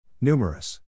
Numerous